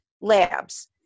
labs